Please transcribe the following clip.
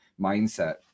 mindset